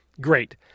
Great